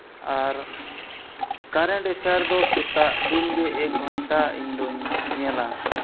ᱟᱨ current affair ᱫᱚ ᱥᱮᱛᱟᱜ ᱫᱤᱱ ᱜᱮᱧ ᱮᱠ ᱜᱷᱚᱱᱴᱟ ᱤᱧ ᱫᱚᱧ ᱧᱮᱞᱟ